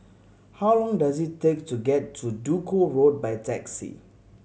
how long does it take to get to Duku Road by taxi